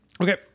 Okay